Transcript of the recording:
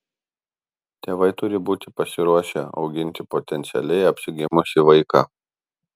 tėvai turi būti pasiruošę auginti potencialiai apsigimusį vaiką